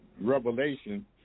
Revelation